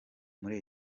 muri